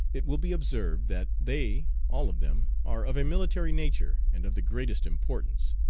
it will be observed that they all of them are of a military nature and of the greatest importance.